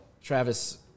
Travis